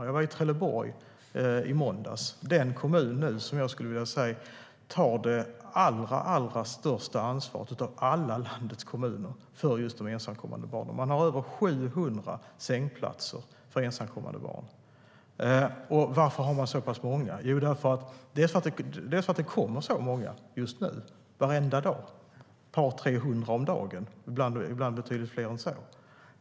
Jag var i Trelleborg i måndags. Det är den kommun som jag skulle vilja säga tar det allra största ansvaret av alla landets kommuner för just de ensamkommande barnen. Man har över 700 sängplatser för ensamkommande barn. Varför har man så pass många? Det kommer så många just nu varenda dag till Trelleborgs hamn, ett par tre hundra om dagen och ibland betydligt fler än så.